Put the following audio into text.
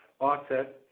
offset